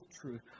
truth